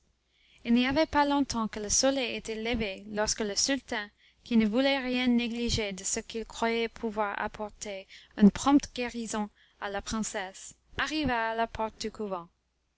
il n'y avait pas longtemps que le soleil était levé lorsque le sultan qui ne voulait rien négliger de ce qu'il croyait pouvoir apporter une prompte guérison à la princesse arriva à la porte du couvent